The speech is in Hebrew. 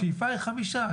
השאיפה היא חמישה,